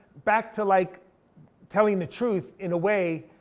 back to like telling the truth in a way.